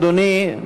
אדוני,